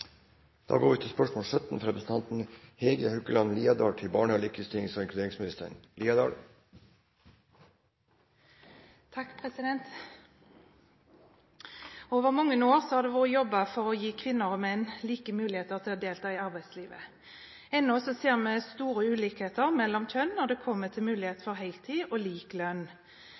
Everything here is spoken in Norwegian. mange år har det vært jobbet for å gi kvinner og menn like muligheter til å delta i arbeidslivet. Enda ser vi store ulikheter mellom kjønn når det kommer til mulighet for heltid og lik lønn.